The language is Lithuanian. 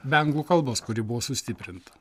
be anglų kalbos kuri buvo sustiprinta